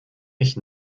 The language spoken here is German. mich